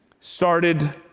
started